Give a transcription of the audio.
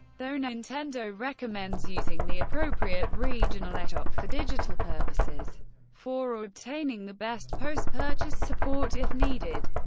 though nintendo recommends using the appropriate regional eshop for digital purposes for obtaining the best post-purchase support if needed.